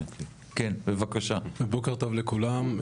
בוקר טוב לכולם.